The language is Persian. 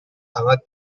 ابد